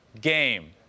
game